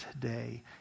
today